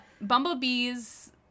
Bumblebees